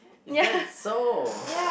is that so